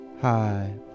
Hi